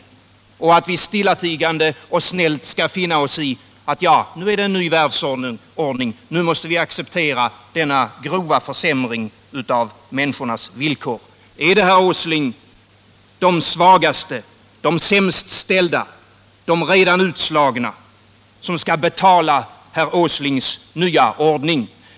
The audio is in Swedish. Skall vi stillatigande och snällt finna oss i att det råder en ny världsordning, som innebär att vi måste acceptera denna grova försämring av människornas villkor? Är det, herr Åsling, de svagaste, de sämst ställda och de redan utslagna som skall betala herr Åslings nya ordning?